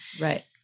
Right